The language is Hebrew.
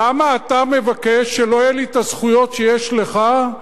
למה אתה מבקש שלא יהיו לי הזכויות שיש לך,